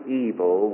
evil